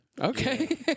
okay